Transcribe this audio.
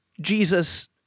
Jesus